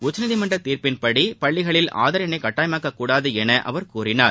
உச்சநீதிமன்ற தீர்ப்பின்படி பள்ளிகளில் ஆதார் எண்ணை கட்டாயமாக்கக் கூடதென அவர் கூறினார்